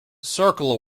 circle